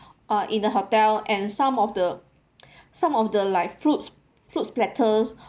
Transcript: uh in the hotel and some of the some of the like fruits fruits platters